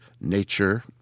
Nature